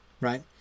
right